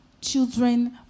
children